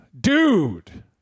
Dude